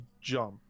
jump